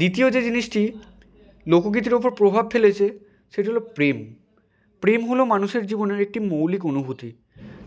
দ্বিতীয় যে জিনিসটি লোকগীতির ওপর প্রভাব ফেলেছে সেটা হলো প্রেম প্রেম হলো মানুষের জীবনের একটি মৌলিক অনুভূতি